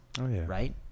right